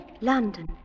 London